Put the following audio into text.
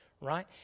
Right